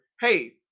hey